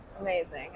amazing